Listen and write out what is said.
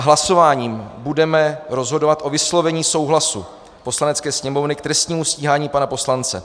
Hlasováním budeme rozhodovat o vyslovení souhlasu Poslanecké sněmovny k trestnímu stíhání pana poslance.